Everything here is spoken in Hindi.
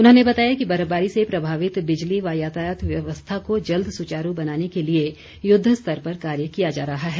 उन्होंने बताया कि बर्फबारी से प्रभावित बिजली व यातायात व्यवस्था को जल्द सुचारू बनाने के लिए युद्ध स्तर पर कार्य किया जा रहा है